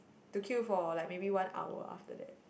to queue for like maybe one hour after that